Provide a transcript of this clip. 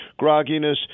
grogginess